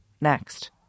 Next